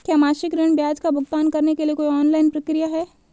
क्या मासिक ऋण ब्याज का भुगतान करने के लिए कोई ऑनलाइन प्रक्रिया है?